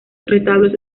retablos